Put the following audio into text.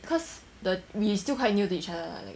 because the we still quite new to each other like